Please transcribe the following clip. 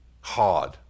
Hard